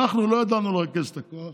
אנחנו לא ידענו לרכז את הכוח.